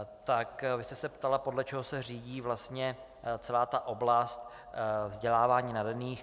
Vy jste se ptala, podle čeho se řídí vlastně celá oblast vzdělávání nadaných.